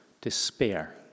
despair